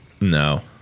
No